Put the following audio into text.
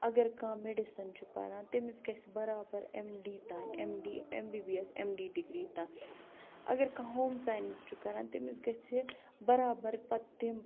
اگر کانٛہہ میٚڈِسَن چھُ پَران تٔمِس گژھہِ بَرابَر ایٚم ڈی تانۍ M D M B B S M D degree تانۍ اگر کانٛہہ ہوم ساینَس چھُ کَران تٔمِس گَژھہِ بَرابَر پَتہٕ تِم